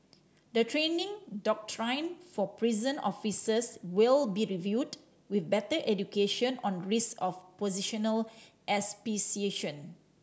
the training doctrine for prison officers will be reviewed with better education on risk of positional asphyxiation